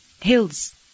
hills